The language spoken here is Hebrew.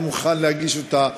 אני מוכן להגיש אותה,